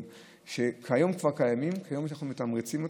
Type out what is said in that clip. שקיימים כבר כיום ואנחנו מתמרצים אותם.